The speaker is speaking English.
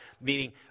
Meaning